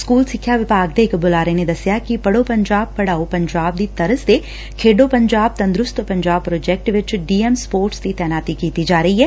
school ਸਿੱਖਿਆ ਵਿਭਾਗ ਦੇ ਇੱਕ ਬੁਲਾਰੇ ਨੇ ਦੱਸਿਆ ਕਿ ਪੜੋ ਪੰਜਾਬ ਪੜਾਓ ਪੰਜਾਬ ਦੀ ਤਰਜ ਤੇ ਖੇਡੋ ਪੰਜਾਬ ਤੰਦਰੁਸਤ ਪੰਜਾਬ ਪ੍ਰੋਜੈਕਟ ਵਿੱਚ ਡੀਐਮ ਸਪੋਰਟਸ ਦੀ ਤਾਇਨਾਤੀ ਕੀਤੀ ਜਾ ਰਹੀ ਐ